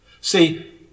See